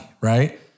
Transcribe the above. Right